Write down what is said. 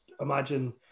imagine